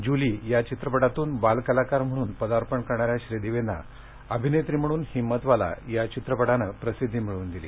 Julie या चित्रपटातून बाल कलाकार म्हणून पदार्पण करणाऱ्या श्रीदेवीना अभिनेत्री म्हणून हिम्मतवाला या चित्रपटाने प्रसिध्दी मिळवून दिली